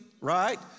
right